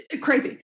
Crazy